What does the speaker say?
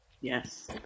Yes